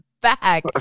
back